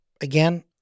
again